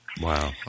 Wow